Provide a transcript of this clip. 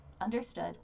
Understood